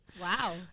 Wow